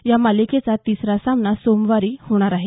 या मालिकेचा तिसरा सामना सोमवारी होणार आहे